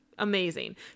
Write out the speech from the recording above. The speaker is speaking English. Amazing